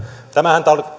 tämähän